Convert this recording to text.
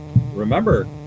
remember